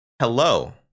Hello